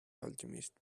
alchemists